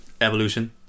evolution